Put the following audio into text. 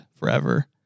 forever